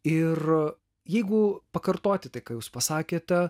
ir jeigu pakartoti tai ką jūs pasakėte